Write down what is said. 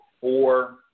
four